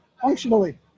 functionally